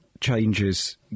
changes